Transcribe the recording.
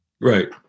right